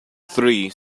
three